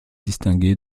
distingué